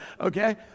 Okay